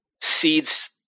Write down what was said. Seed's